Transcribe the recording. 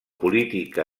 política